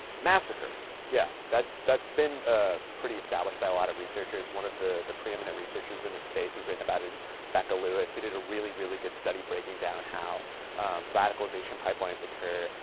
massacre. breland yeah, that's that's been ah pretty established by alot of researchers. one of the the preeminent researchers in the space who's written about it is becca lewis who did a really, really good study breaking down how radicalization pipelines occur.